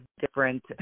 different